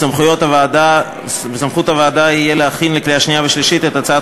סמכות הוועדה תהיה להכין לקריאה שנייה ושלישית את הצעת